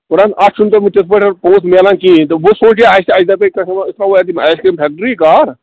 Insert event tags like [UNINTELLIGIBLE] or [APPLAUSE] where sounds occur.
کوٚر حظ اَتھ چھُ نہٕ تۄہہِ وَنۍ تِتھ پٲٹھۍ پونٛسہٕ مِلان کِہیٖنۍ تہٕ وۄنۍ سونچے اَسہِ تہٕ اَسہِ دَپے [UNINTELLIGIBLE] أسۍ تراوو اَتہِ یِم آیِس کرٛیٖم فیکٹری کار